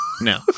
no